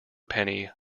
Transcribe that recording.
penny